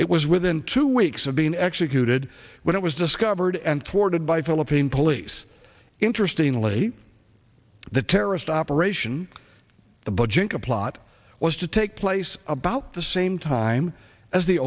it was within two weeks of being executed when it was discovered and thwarted by philippine police interestingly the terrorist operation the budget the plot was to take place about the same time as the